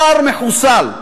השר מחוסל,